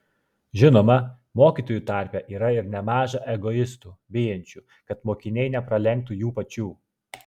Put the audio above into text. žinoma mokytojų tarpe yra ir nemaža egoistų bijančių kad mokiniai nepralenktų jų pačių